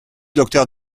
docteur